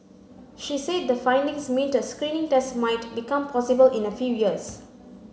she said the findings meant a screening test might become possible in a few years